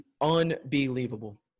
unbelievable